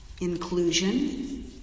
Inclusion